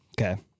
Okay